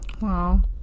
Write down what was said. Wow